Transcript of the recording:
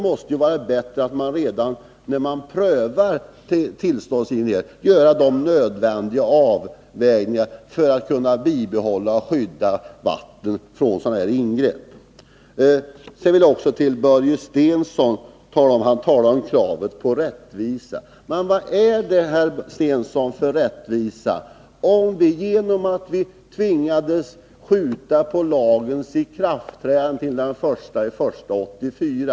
Det är bättre att man redan vid tillståndsgivningen gör nödvändiga avvägningar för att kunna bibehålla och skydda vatten från sådana här ingrepp. Börje Stensson talade om kravet på rättvisa. Vad innebär det för rättvisa, Börje Stensson, om vi tvingas skjuta på lagens ikraftträdande till den 1 januari 1984?